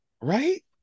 right